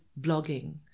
blogging